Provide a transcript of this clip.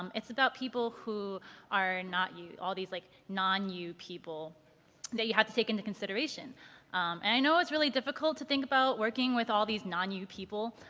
um it's about people who are not you. all these like non-you people that you have to take into consideration. and i know it's really difficult to think about working with all these non-you people.